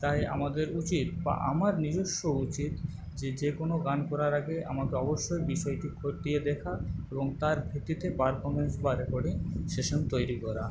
তাই আমাদের উচিৎ বা আমার নিজস্ব উচিৎ যে যেকোনো গান করার আগে আমাকে অবশ্যই বিষয়টি খতিয়ে দেখা এবং তার ভিত্তিতে পারফমেন্স বা রেকর্ডিং সেশান তৈরি করা